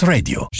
Radio